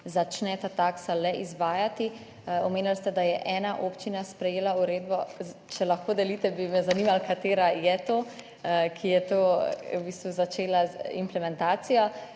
začne ta taksa le izvajati. Omenili ste, da je ena občina sprejela uredbo. Če lahko delite, bi me zanimalo, katera je občina, ki je v bistvu začela z implementacijo.